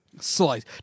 Slice